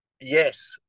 yes